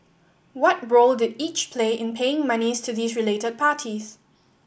what role did each play in paying monies to these related parties